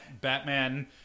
Batman